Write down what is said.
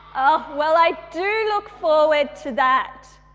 oh, well i do look forward to that.